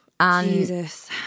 Jesus